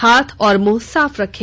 हाथ और मुंह साफ रखें